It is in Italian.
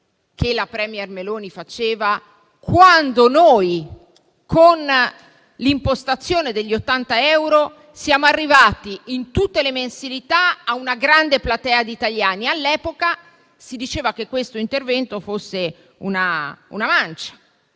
che la *premier* Meloni faceva quando noi, con l'impostazione degli 80 euro, eravamo arrivati con tutte le mensilità a una grande platea di italiani: all'epoca si diceva che quell'intervento fosse una mancia;